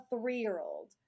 three-year-old